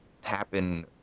happen